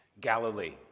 Galilee